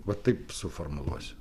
va taip suformuluosiu